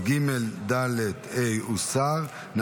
ג', ד', ה' הוסרו.